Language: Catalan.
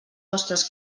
vostres